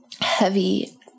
heavy